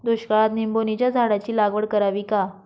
दुष्काळात निंबोणीच्या झाडाची लागवड करावी का?